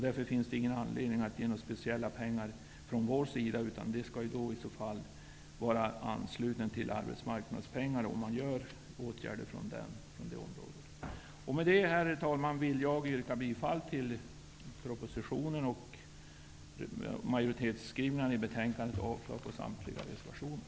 Därför finns det ingen anledning för oss att ge speciella pengar, utan det skall i så fall ske i anslutning till arbetsmarknadspengar, om åtgärder vidtas på det området. Med det, herr talman, vill jag yrka bifall till propositionen och majoritetsskrivningen i betänkandet och avslag på samtliga reservationer.